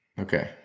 Okay